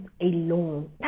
alone